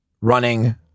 running